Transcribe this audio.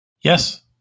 Yes